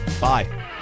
bye